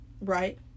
right